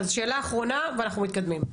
אז שאלה אחרונה ואנחנו מתקדמים.